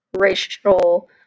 racial